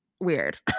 weird